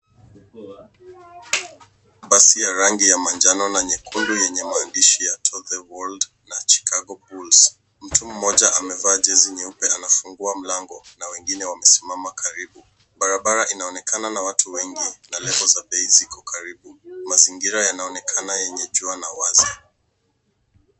Basi ya rangi ya manjano na nyekundu yenye maandishi ya to the world na chicago bulls. Mtu mmoja amevaa jezi nyeupe, anafungua mlango na wengine wamesimama karibu. Barabara inaonekana na watu wengi na level za bei ziko karibu. Mazingira yanaonekana yenye jua na wazi.